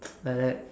like that